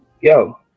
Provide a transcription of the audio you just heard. yo